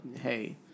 Hey